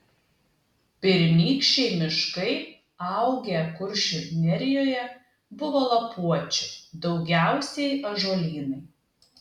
pirmykščiai miškai augę kuršių nerijoje buvo lapuočių daugiausiai ąžuolynai